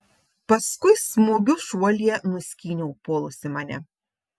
paskui smūgiu šuolyje nuskyniau puolusį mane